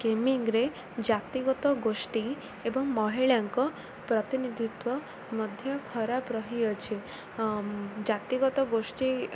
କେମିଙ୍ଗରେ ଜାତିଗତ ଗୋଷ୍ଠୀ ଏବଂ ମହିଳାଙ୍କ ପ୍ରତିନିଧିତ୍ୱ ମଧ୍ୟ ଖରାପ ରହିଅଛି ଜାତିଗତ ଗୋଷ୍ଠୀ